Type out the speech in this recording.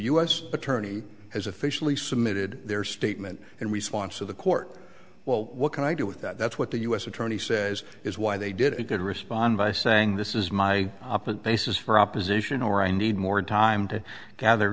u s attorney has officially submitted their statement in response to the court well what can i do with that that's what the u s attorney says is why they did it could respond by saying this is my op and basis for opposition or i need more time to gather